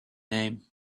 name